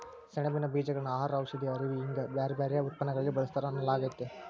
ಸೆಣಬಿನ ಬೇಜಗಳನ್ನ ಆಹಾರ, ಔಷಧಿ, ಅರವಿ ಹಿಂಗ ಬ್ಯಾರ್ಬ್ಯಾರೇ ಉತ್ಪನ್ನಗಳಲ್ಲಿ ಬಳಸ್ತಾರ ಅನ್ನಲಾಗ್ತೇತಿ